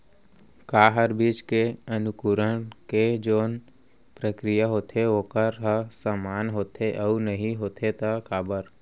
का हर बीज के अंकुरण के जोन प्रक्रिया होथे वोकर ह समान होथे, अऊ नहीं होथे ता काबर?